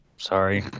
Sorry